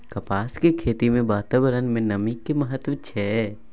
कपास के खेती मे वातावरण में नमी के की महत्व छै?